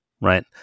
right